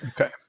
Okay